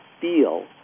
feel